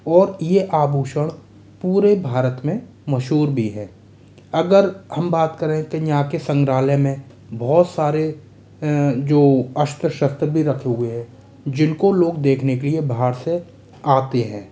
और ये आभूषण पूरे भारत में मशहूर भी है अगर हम बात करें तो यहाँ के संग्रालय में बहुत सारे जो अस्त्र शस्त्र भी रखे हुए हैं जिनको लोग देखने के लिए बाहर से आते हैं